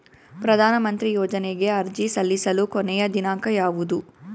ಪ್ರಧಾನ ಮಂತ್ರಿ ಯೋಜನೆಗೆ ಅರ್ಜಿ ಸಲ್ಲಿಸಲು ಕೊನೆಯ ದಿನಾಂಕ ಯಾವದು?